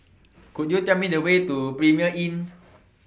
Could YOU Tell Me The Way to Premier Inn